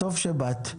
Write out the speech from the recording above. טוב שבאת.